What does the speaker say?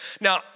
Now